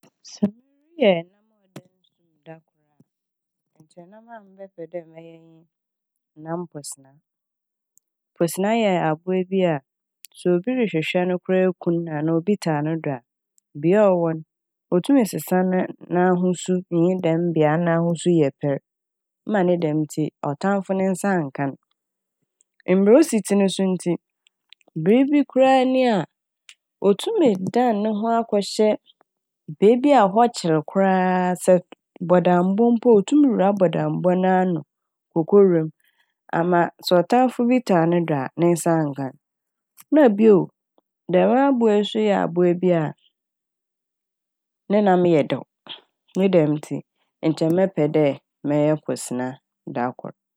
Sɛ mereyɛ ɛnam a ɔda nsu m' da kor a nkyɛ nam a mebɛpɛ dɛ mɛyɛ nye nam posena. Posena yɛ abowa bi a sɛ obi rehwɛhwɛ koraa no eku no a anaa obi ɔtaa no do a bea ɔwɔ n' otum sesa na - n'ahosu nye dɛm bea n'ahosu yɛ pɛr ma ne dɛm ntsi ɔtamfo ne nsa nka n'. Mbrɛ osi tse no so no ntsi biibi koraa ni a otum dan no ho akɔhyɛ beebi a hɔ kyeer koraa sɛ bɔdambɔ mpo a otum wura bɔdambɔ n'ano oko wura m' ama sɛ ɔtamfo bi taa ne do a nsa annka n'. Na boi dɛm abowa yi so yɛ abowa bi a ne nam yɛ dɛw ne dɛm ntsi nkyɛ mɛpɛ dɛ mɛyɛ posena da kor.